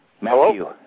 Matthew